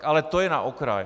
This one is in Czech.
Ale to jen na okraj.